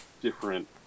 different